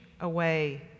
away